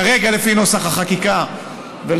כרגע לפי נוסח החקיקה ולפי